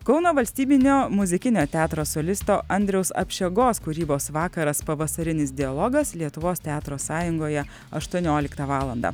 kauno valstybinio muzikinio teatro solisto andriaus apšegos kūrybos vakaras pavasarinis dialogas lietuvos teatro sąjungoje aštuonioliktą valandą